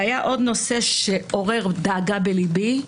היה עוד נושא שעורר דאגה בלבי,